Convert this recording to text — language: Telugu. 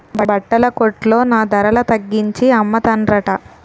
బట్టల కొట్లో నా ధరల తగ్గించి అమ్మతన్రట